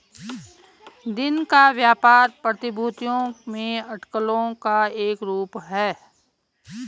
दिन का व्यापार प्रतिभूतियों में अटकलों का एक रूप है